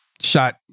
shot